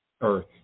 earth